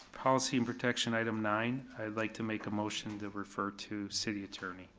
policy and protection item nine. i'd like to make a motion to refer to city attorney.